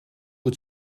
het